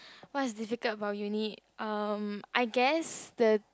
what is difficult about uni um I guess the